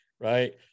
Right